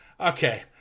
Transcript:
Okay